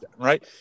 Right